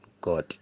God